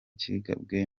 kigabwe